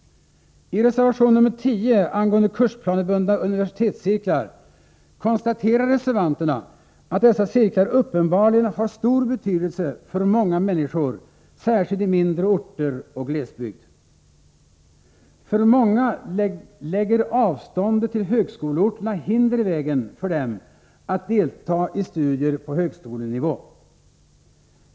I reservation nr 10 angående kursplanebundna universitetscirklar konstaterar reservanterna att dessa cirklar uppenbarligen har stor betydelse för många människor särskilt i mindre orter och i glesbygd. Avståndet till högskoleorterna lägger hinder i vägen för många som vill delta i studier på högskolenivå.